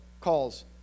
calls